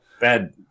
Bad